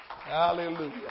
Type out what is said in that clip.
Hallelujah